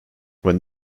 when